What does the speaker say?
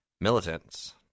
militants